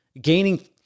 gaining